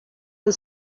and